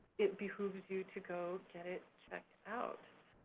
it behooves you to go get it checked out.